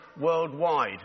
worldwide